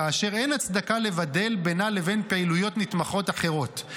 -- כאשר אין הצדקה לבדל בינה לבין פעילויות נתמכות אחרות.